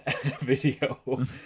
video